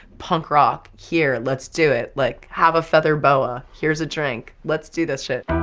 punk rock, here, let's do it. like have a feather boa, here's a drink. let's do this shit.